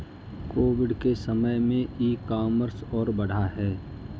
Covid के समय में ई कॉमर्स और बढ़ा है